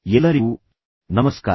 ಎಲ್ಲರಿಗೂ ನಮಸ್ಕಾರ